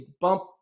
bump